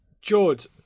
George